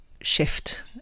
shift